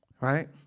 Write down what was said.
Right